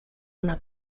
una